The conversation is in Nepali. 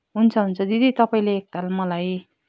हुन्छ हुन्छ दिदीले तपाईँले एकताल मलाई